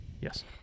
Yes